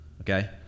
okay